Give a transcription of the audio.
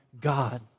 God